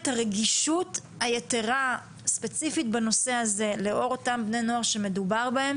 הרגישות היתרה ספציפית בנושא הזה לגבי אותם בני נוער שעליהם מדובר,